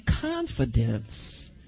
confidence